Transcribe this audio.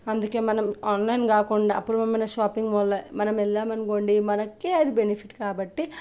అందుకే మనం ఆన్లైన్ కాకుండా అపూర్వమైన షాపింగ్ మాల్లో మనం వెళ్ళామనుకోండి మనకే అది బెనిఫిట్ కాబట్టి